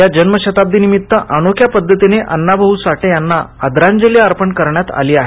या जन्मशताब्दी निमित्त अनोख्या पद्धतीने अण्णाभाऊं साठे यांना आदरांजली अर्पण करण्यात अली आहे